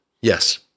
Yes